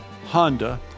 Honda